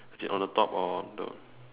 is it on the top or the